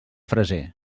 freser